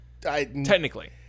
Technically